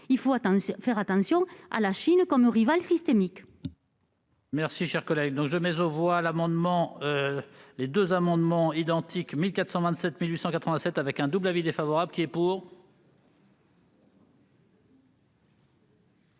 il faut faire attention à la Chine comme rival systémique.